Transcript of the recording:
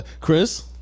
Chris